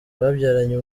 babyaranye